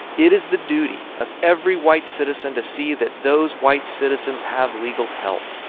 it is the duty of every white citizen to see that those white citizens have legal help.